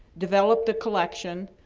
develop the collection,